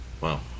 Wow